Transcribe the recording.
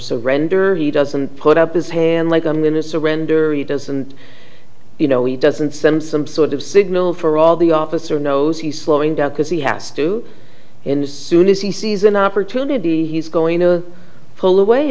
surrender he doesn't put up his hand like i'm going to surrender or he doesn't you know he doesn't send some sort of signal for all the officer knows he's slowing down because he has to and soon as he sees an opportunity he's going to pull away